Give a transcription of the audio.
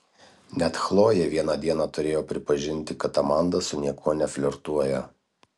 net chlojė vieną dieną turėjo pripažinti kad amanda su niekuo neflirtuoja